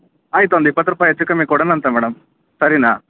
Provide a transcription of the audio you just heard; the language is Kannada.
ಆಯ್ತು ಒಂದು ಇಪತ್ತು ರೂಪಾಯಿ ಹೆಚ್ಚು ಕಮ್ಮಿ ಕೊಡೋಣ ಅಂತೆ ಮೇಡಮ್ ಸರಿಯಾ